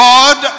God